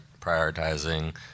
prioritizing